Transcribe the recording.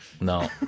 No